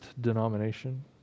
denomination